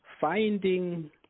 finding